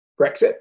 Brexit